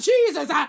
Jesus